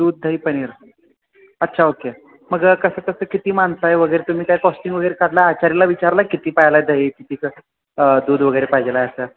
दूध दही पनीर अच्छा ओके मग कसं कसं किती माणसं आहे वगैरे तुम्ही काय कॉस्टिंग वगैरे काढला आचाऱ्याला विचारला आहे किती पाहिला आहे दही किती कसं दूध वगैरे पाहिजे आहे असं